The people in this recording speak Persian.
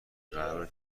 قراره